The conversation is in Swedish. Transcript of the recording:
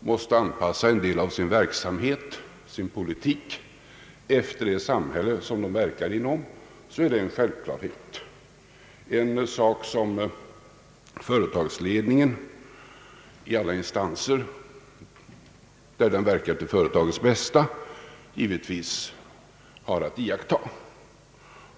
måste anpassa en del av sin verksamhet, sin politik, efter det samhälle som de verkar inom, så är det en självklarhet och något som företagsledningen i alla instanser, där den verkar, till företagets bästa givetvis har att iaktta.